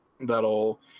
that'll